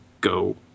go